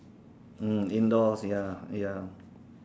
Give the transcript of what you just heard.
mm indoors ya ya